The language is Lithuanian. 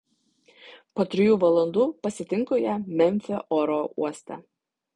po trijų valandų pasitinku ją memfio oro uoste